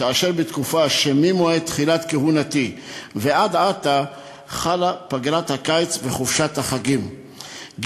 ובתקופה שממועד תחילת כהונתי ועד עתה חלה פגרת הקיץ וחופשת החגים,